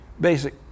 basic